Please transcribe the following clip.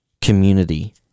community